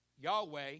Yahweh